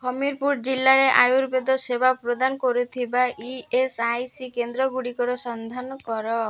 ହମୀରପୁର ଜିଲ୍ଲାରେ ଆୟୁର୍ବେଦ ସେବା ପ୍ରଦାନ କରୁଥିବା ଇ ଏସ୍ ଆଇ ସି କେନ୍ଦ୍ରଗୁଡ଼ିକର ସନ୍ଧାନ କର